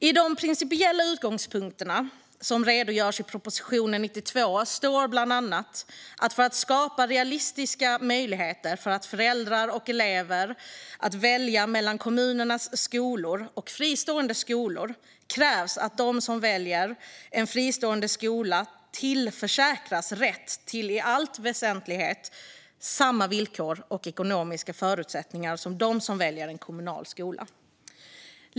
I de principiella utgångspunkterna som redogjordes för i propositionen från 1992 står det bland annat att för att skapa realistiska möjligheter för föräldrar och elever att välja mellan kommunernas skolor och fristående skolor krävs att de som väljer en fristående skola tillförsäkras rätt till i allt väsentligt samma villkor och ekonomiska förutsättningar som de som väljer en kommunal skola.